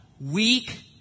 weak